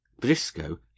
briscoe